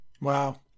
Wow